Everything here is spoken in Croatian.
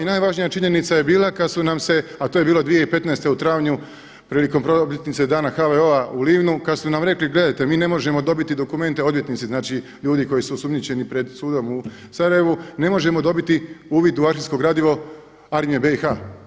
I najvažnija činjenica je bila kad su nam se, a to je bilo 2015. u travnju prilikom obljetnice Dana HVO-a u Livnu, kad su nam rekli gledajte mi ne možemo dobiti dokumente odvjetnici, znači ljudi koji su osumnjičeni pred sudom u Sarajevu, ne možemo dobiti uvid u arhivsko gradivo Armije BiH.